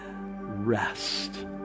rest